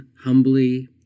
humbly